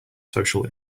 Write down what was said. social